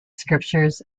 scriptures